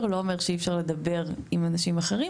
לא אומר שאי אפשר לדבר עם אנשים אחרים.